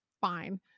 fine